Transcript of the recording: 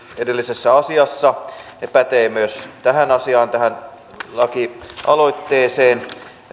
edellisessä asiassa ne pätevät myös tähän asiaan tähän lakialoitteeseen